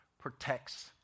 protects